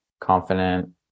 confident